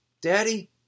Daddy